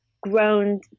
grown